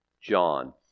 John